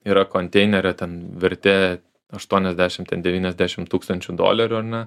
yra konteinerio ten vertė aštuoniasdešim ten devyniasdešim tūkstančių dolerių ar ne